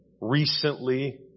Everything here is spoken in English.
Recently